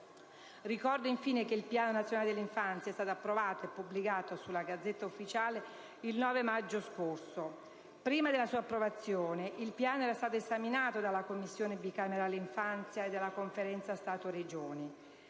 Ricordo infine che il Piano nazionale per l'infanzia è stato approvato e pubblicato sulla *Gazzetta Ufficiale* il 9 maggio scorso. Prima della sua approvazione, il Piano era stato esaminato dalla Commissione bicamerale infanzia e dalla Conferenza Stato-Regioni.